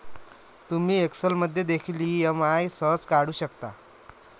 तुम्ही एक्सेल मध्ये देखील ई.एम.आई सहज काढू शकता